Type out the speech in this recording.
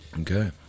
Okay